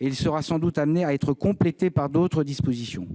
et il sera sans doute amené à être complété par d'autres dispositions.